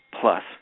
plus